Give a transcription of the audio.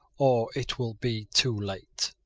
or it will be too late.